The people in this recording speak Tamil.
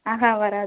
ஆஹாம் வராது